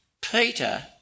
Peter